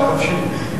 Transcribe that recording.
אתה חופשי.